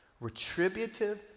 Retributive